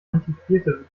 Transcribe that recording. antiquerte